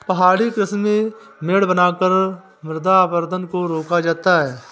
पहाड़ी कृषि में मेड़ बनाकर मृदा अपरदन को रोका जाता है